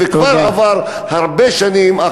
וכבר עברו הרבה שנים עם